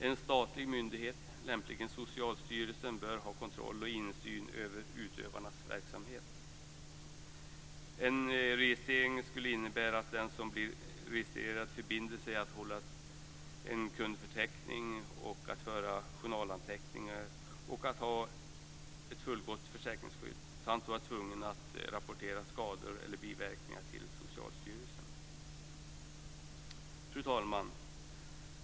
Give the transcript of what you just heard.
En statlig myndighet, lämpligen Socialstyrelsen, bör ha kontroll och insyn över utövarnas verksamhet. En registrering skulle innebära att den som blir registrerad förbinder sig att hålla en kundförteckning, att föra journalanteckningar och att ha ett fullgott försäkringsskydd. Den som blir registrerad skulle också vara tvungen att rapportera skador eller biverkningar till Socialstyrelsen. Fru talman!